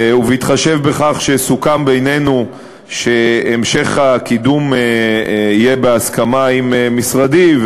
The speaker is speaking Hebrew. ובהתחשב בכך שסוכם בינינו שהמשך הקידום יהיה בהסכמה עם משרדי,